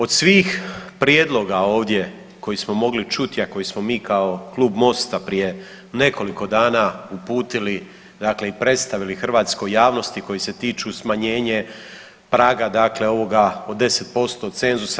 Od svih prijedloga ovdje koji smo mogli čuti, a koji smo mi kao Klub Mosta prije nekoliko dana uputili dakle i predstavili hrvatskoj javnosti koji se tiču smanjenje praga dakle ovoga od 10% cenzusa.